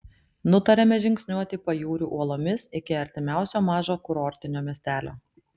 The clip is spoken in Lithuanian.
nutarėme žingsniuoti pajūriu uolomis iki artimiausio mažo kurortinio miestelio